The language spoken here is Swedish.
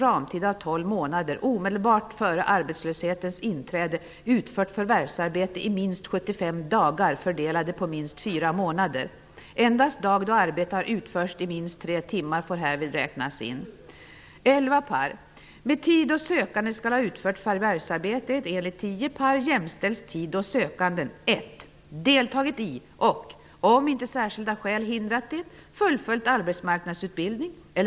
Premieinbetalningen fördelas mellan arbetsgivare och arbetstagare efter förhandlingar mellan parterna. Arbetsgivaren skall betala sin del av premien under fem till sju år, medan arbetstagaren betalar sin del fram till pensioneringen.